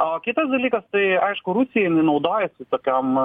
o kitas dalykas tai aišku rusija jinai naudojasi tokiom